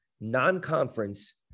non-conference